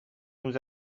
nous